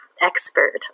expert